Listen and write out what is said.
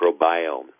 microbiome